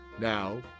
Now